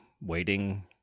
waiting